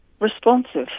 responsive